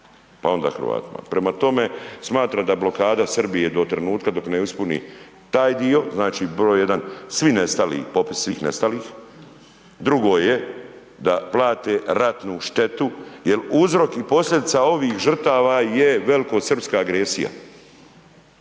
pa onda Hrvatima. Prema tome, smatram da blokada Srbije do trenutka dok ne ispuni taj dio, znači broj 1 svi nestali, popis svih nestalih. Drugo je da plate ratnu štetu jer uzrok i posljedica ovih žrtava je velikosrpska agresija.